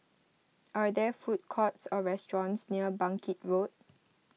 are there food courts or restaurants near Bangkit Road